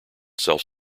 self